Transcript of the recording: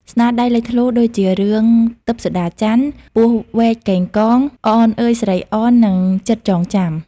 ស្នាដៃលេចធ្លោដូចជារឿង ទិព្វសូដាចន្ទ ពស់វែកកេងកង អនអើយស្រីអន និងចិត្តចងចាំ។